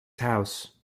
house